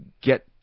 get